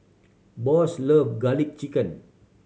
Boss love Garlic Chicken